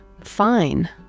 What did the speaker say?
fine